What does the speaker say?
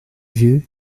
vieux